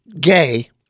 Gay